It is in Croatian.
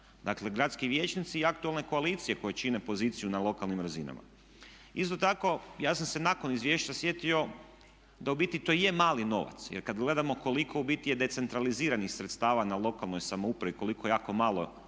Dakle, gradski vijećnici i aktualne koalicije koje čine poziciju na lokalnim razinama. Isto tako ja sam se nakon izvješća sjetio da u biti to je mali novac, jer kad gledamo koliko u biti je decentraliziranih sredstava na lokalnoj samoupravi koliko jako malo